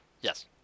Yes